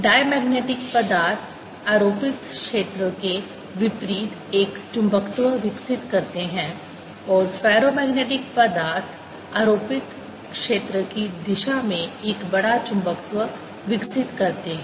diamagnetic पदार्थ आरोपित क्षेत्र के विपरीत एक चुंबकत्व विकसित करते हैं और फेरोमैग्नेटिक पदार्थ आरोपित क्षेत्र की दिशा में एक बड़ा चुंबकत्व विकसित करते हैं